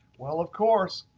well of course,